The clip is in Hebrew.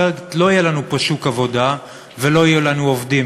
אחרת לא יהיה לנו פה שוק עבודה ולא יהיו לנו עובדים,